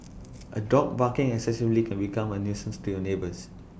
A dog barking excessively can become A nuisance to your neighbours